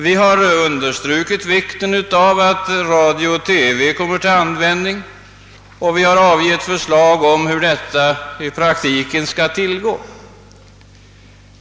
Vi har understrukit vikten av att radio och TV kommer till användning, och vi har avgivit förslag om hur detta i praktiken skall tillgå.